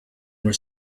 were